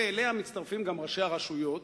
ואליה מצטרפים גם ראשי הרשויות,